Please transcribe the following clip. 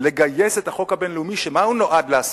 לגייס את החוק הבין-לאומי, שמה הוא נועד לעשות?